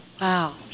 Wow